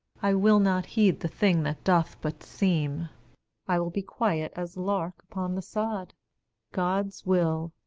i will not heed the thing that doth but seem i will be quiet as lark upon the sod god's will,